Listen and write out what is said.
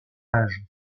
âge